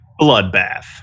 bloodbath